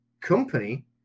company